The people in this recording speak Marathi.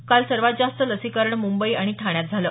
काल सर्वांत जास्त लसीकरण मुंबई आणि ठाण्यात झालं